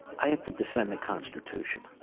i have to defend the constitution.